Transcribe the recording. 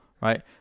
right